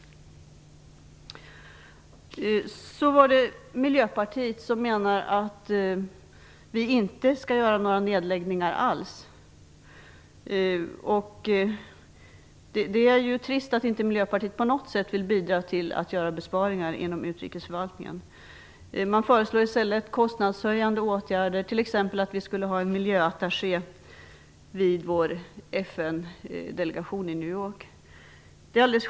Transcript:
Så var det Miljöpartiet, som menar att vi inte skall göra några nedläggningar alls. Det är trist att Miljöpartiet inte på något sätt vill bidra till att göra besparingar inom utrikesförvaltningen. Man föreslår i stället kostnadshöjande åtgärder, t.ex. att vi skulle ha en miljöattaché vid vår FN-delegation i New York.